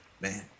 Man